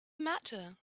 matter